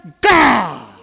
God